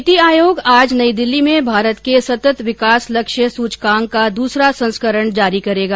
नीति आयोग आज नई दिल्ली में भारत के सतत विकास लक्ष्य सूचकांक का दूसरा संस्करण जारी करेगा